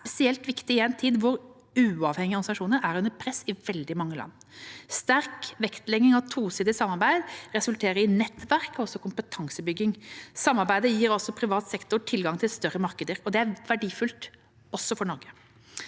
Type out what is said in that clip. er spesielt viktig i en tid hvor uavhengige organisasjoner er under press i flere land. Sterk vektlegging av tosidig samarbeid resulterer i nettverk og kompetansebygging. Samarbeidet gir også privat sektor tilgang til større markeder. Dette er verdifullt, også for Norge.